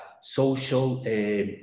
social